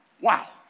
Wow